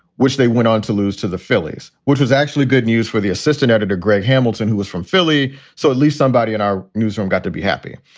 which they went on to lose to the phillies, which was actually good news for the assistant editor, greg hamilton, who was from philly. so at least somebody in our newsroom got to be happy.